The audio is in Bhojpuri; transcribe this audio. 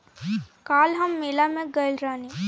काल्ह हम मेला में गइल रहनी